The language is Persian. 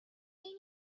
این